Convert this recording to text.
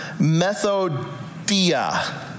methodia